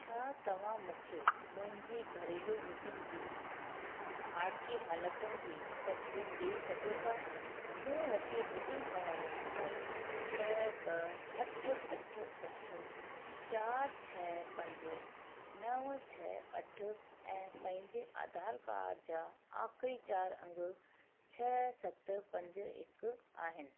छा तव्हां मूंखे मुंहिंजी घरेलू बुकिंग जी हाणोकी हालतुनि जे तसदीक़ ॾेई सघो था मूं वटि बुकिंग हवालो नंबर छह ॿ अठ अठ अठ चार छह पंज नव छह अठ ऐं पंहिंजे आधार कार्ड जा आख़िरी चार अंग छह सत पंज हिकु आहिनि